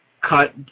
cut